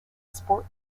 sport